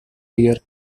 dear